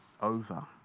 over